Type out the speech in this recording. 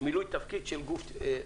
מילוי תפקיד של גוף ממסדי.